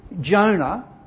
Jonah